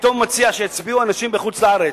ופתאום הוא מציע שיצביעו אנשים בחוץ-לארץ.